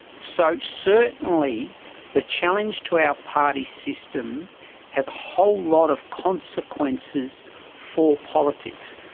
so certainly the challenge to our party system has a whole lot of consequences for politics.